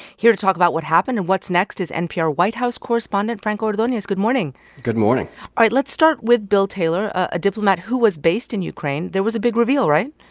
here to talk about what happened and what's next is npr white house correspondent franco ordonez good morning good morning all right. let's start with bill taylor, a diplomat who was based in ukraine. there was a big reveal, right?